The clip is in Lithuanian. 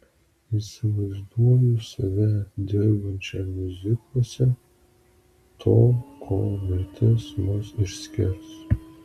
įsivaizduoju save dirbančią miuzikluose tol kol mirtis mus išskirs